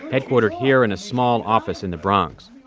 headquartered here in a small office in the bronx.